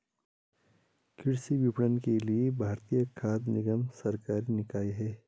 कृषि विपणन के लिए भारतीय खाद्य निगम सरकारी निकाय है